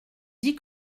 dis